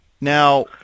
Now